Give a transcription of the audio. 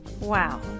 Wow